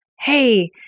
hey